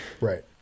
Right